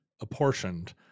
apportioned